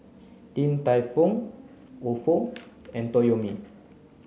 Din Tai Fung Ofo and Toyomi